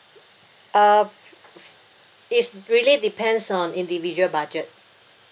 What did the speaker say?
uh it really depends on individual budget